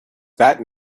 that